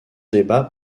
débat